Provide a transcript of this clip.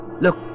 Look